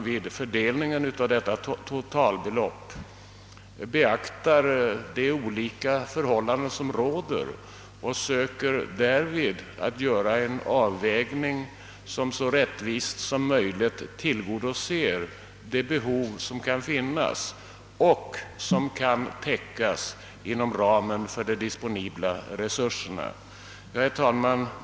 Vid fördelningen av detta bör man beakta de olika förhållanden som råder och söka göra en avvägning, som så rättvist som möjligt tillgodoser de behov som kan täckas inom ramen för de disponibla resurserna. Herr talman!